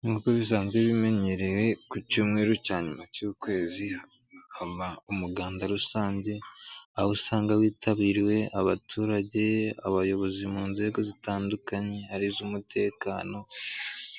Nk'uko bisanzwe bimenyerewe ku cyumweru cya nyuma cy'ukwezi haba umuganda rusange ,aho usanga witabiriwe abaturage abayobozi mu nzego zitandukanye ari iz'umutekano